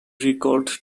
recalled